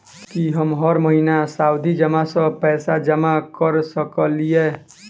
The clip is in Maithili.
की हम हर महीना सावधि जमा सँ पैसा जमा करऽ सकलिये?